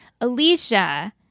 Alicia